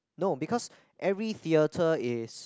no because every theater is